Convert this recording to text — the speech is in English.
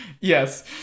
Yes